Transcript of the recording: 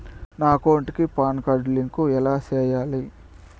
నా అకౌంట్ కి PAN card link ఎలా సేయాలి